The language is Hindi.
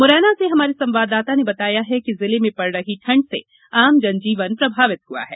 मुरैना से हमारे संवाददाता ने बताया है कि जिले में पड़ रही ठंड से आम जनजीवन प्रभावित हुआ है